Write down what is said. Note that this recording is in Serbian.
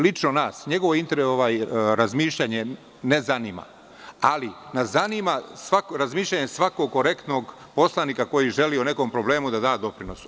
Lično nas, njegovo razmišljanje ne zanima, ali nas zanima mišljenje svakog korektnog poslanika koji želi nekom problemu da dâ doprinos.